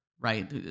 right